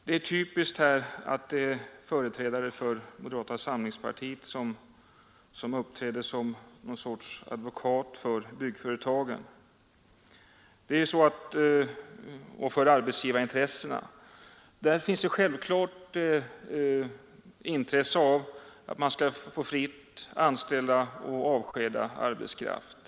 Det är typiskt att det är företrädare för moderata samlingspartiet som här uppträder som något slags advokater för byggföretagen och arbetsgivarna. De har självfallet intresse av att fritt få anställa och avskeda arbetskraft.